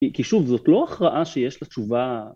כי-כי שוב, זאת לא הכרעה שיש לה תשובה...